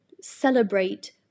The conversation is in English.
celebrate